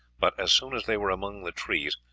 but as soon as they were among the trees,